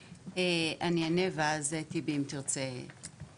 אני אענה ואם טיבי רוצה להוסיף מוזמן.